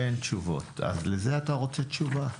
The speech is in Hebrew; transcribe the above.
ואין תשובות, אז לזה אתה רוצה תשובה?